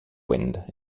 wind